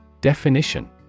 Definition